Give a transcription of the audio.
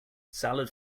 salad